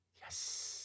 Yes